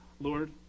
Lord